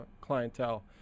clientele